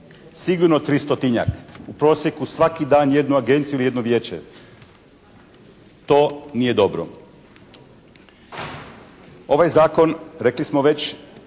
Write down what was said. Sigurno tristotinjak. U prosjeku svaki dan jednu agenciju, jedno vijeće. To nije dobro. Ovaj zakon rekli smo već